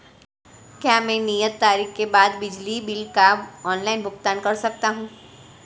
क्या मैं नियत तारीख के बाद बिजली बिल का ऑनलाइन भुगतान कर सकता हूं?